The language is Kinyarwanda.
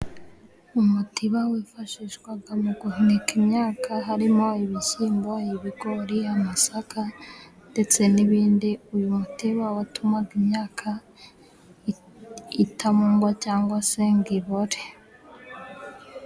Umutiba wifashishwaga mu guhunika imyaka harimo ibishyimbo, ibigori, amasaka ndetse n'ibindi, uyu mutiba watumaga imyaka itamugwa cyangwa se ngo ibore.